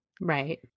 Right